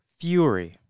Fury